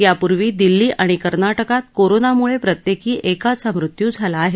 यापूर्वी दिल्ली आणि कर्नाटकात कोरोनाम्ळे प्रत्येकी एकाचा मृत्यू झाला आहे